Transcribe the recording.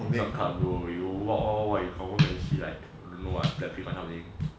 where club you go you walk you see like you don't know what